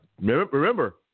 Remember